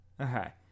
Okay